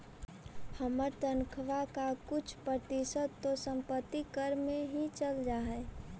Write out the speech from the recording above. हमर तनख्वा का कुछ प्रतिशत तो संपत्ति कर में ही चल जा हई